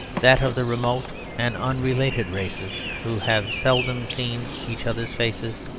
that of the remote and unrelated races who have seldom seen each other's faces,